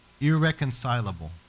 irreconcilable